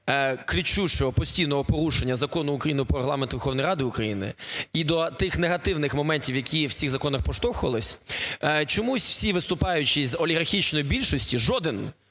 кричущого постійного порушення Закону України "Про Регламент Верховної Ради України" і до тих негативних моментів, які в цих законах проштовхувались, чомусь всі виступаючі з олігархічної більшості, жоден